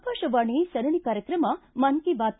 ಆಕಾಶವಾಣಿ ಸರಣಿ ಕಾರ್ಯಕ್ರಮ ಮನ್ ಕಿ ಬಾತ್